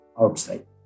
outside